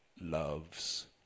loves